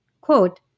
Quote